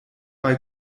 bei